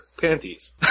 panties